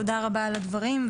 תודה רבה על הדברים.